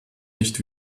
nicht